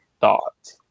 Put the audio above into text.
thought